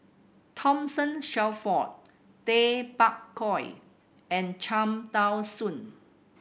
Thomas Shelford Tay Bak Koi and Cham Tao Soon